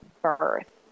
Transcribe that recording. birth